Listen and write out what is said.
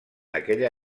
aquella